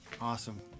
Awesome